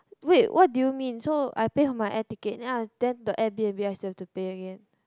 wait what do you mean so I pay for my air ticket then I then the air-b_n_b I still have to pay again